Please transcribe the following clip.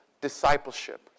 discipleship